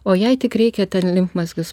o jai tik reikia ten limfmazgius